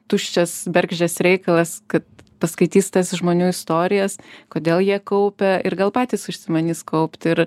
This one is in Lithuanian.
tuščias bergždžias reikalas kad paskaitys tas žmonių istorijas kodėl jie kaupia ir gal patys užsimanys kaupti ir